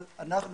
אבל אנחנו